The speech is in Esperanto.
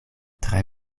tre